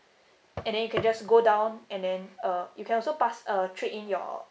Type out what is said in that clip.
and then you can just go down and then uh you can also pass uh trade in your